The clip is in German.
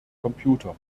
computer